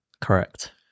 Correct